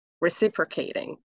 reciprocating